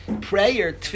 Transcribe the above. Prayer